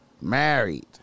married